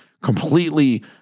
completely